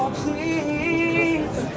please